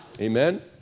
Amen